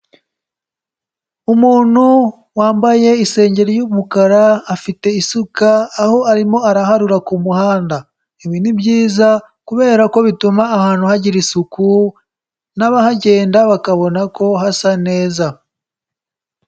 Umuntu wambaye isengeri y'umukara, afite isuka, aho arimo araharura ku muhanda, ibi ni byiza kubera ko bituma ahantu hagira isuku n'abahagenda bakabona ko hasa neza.